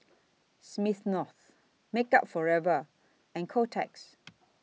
Smirnoff Makeup Forever and Kotex